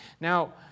Now